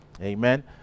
Amen